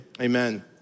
Amen